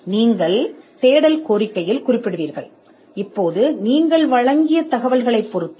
இப்போது தேடல் அல்லது தேடலின் தரம் நீங்கள் வழங்கிய தகவல்களைப் பொறுத்தது